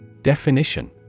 Definition